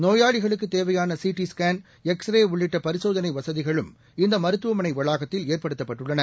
நோயாளிகளுக்குத் தேவையாளசி T scan X ray உள்ளிட்டபரிசோதனைவசதிகளும் இந்தமருத்துவமனைவளாகத்தில் ஏற்படுத்தப்பட்டுள்ளன